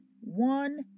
one